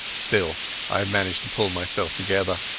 still i managed to pull myself together.